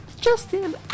Justin